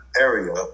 area